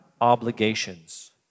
obligations